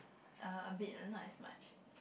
uh a bit lah not as much